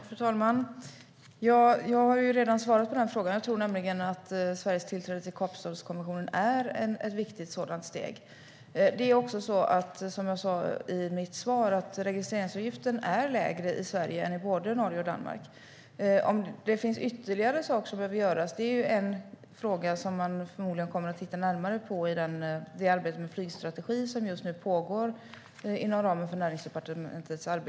Fru talman! Jag har redan svarat på den frågan. Jag tror att Sveriges tillträde till Kapstadskonventionen är ett sådant viktigt steg. Och som jag sa i mitt svar är registreringsavgiften lägre i Sverige än i både Norge och Danmark. Om ytterligare saker behöver göras kommer man förmodligen att titta närmare på den frågan i det arbete med flygstrategi som just nu pågår inom ramen för Näringsdepartementets arbete.